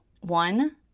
One